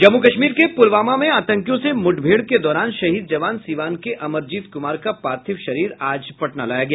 जम्मू कश्मीर के पुलवामा में आतंकियों से मुठभेड़ के दौरान शहीद जवान सीवान के अमरजीत कुमार का पार्थिव शरीर आज पटना लाया गया